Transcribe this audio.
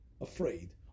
afraid